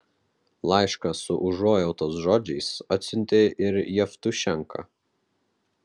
laišką su užuojautos žodžiais atsiuntė ir jevtušenka